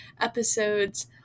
episodes